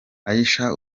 aisha